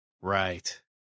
Right